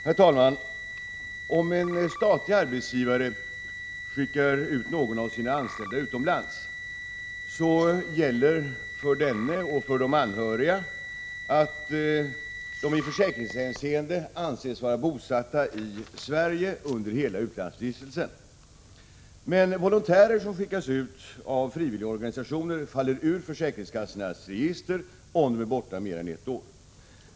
Herr talman! Om en statlig arbetsgivare skickar någon av sina anställda utomlands, gäller för denna och för de anhöriga att de i försäkringshänseende anses vara bosatta i Sverige under hela utlandsvistelsen. Men volontärer som skickas ut av frivilligorganisationer faller ur försäkringskassornas register om de är borta mer än ett år.